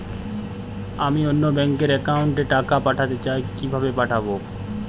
আমি অন্য ব্যাংক র অ্যাকাউন্ট এ টাকা পাঠাতে চাই কিভাবে পাঠাবো?